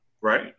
Right